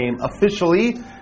officially